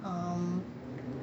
um